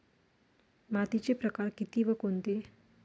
मातीचे प्रकार किती व कोणते?